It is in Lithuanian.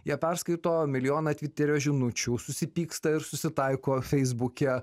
jie perskaito milijoną tviterio žinučių susipyksta ir susitaiko feisbuke